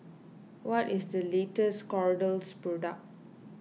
what is the latest Kordel's product